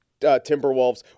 timberwolves